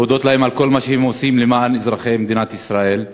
להודות להם על כל מה שהם עושים למען אזרחי מדינת ישראל.